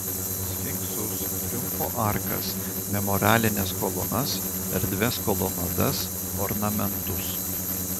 sfinksus triumfo arkas memorialines kolonas erdvias kolonadas ornamentus